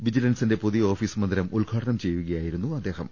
വിജിലൻസിന്റെ പുതിയ ഓഫീസ് മന്ദിരം ഉദ്ഘാടനം ചെയ്യുകയായിരുന്നു അദ്ദേഹം